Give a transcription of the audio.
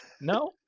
No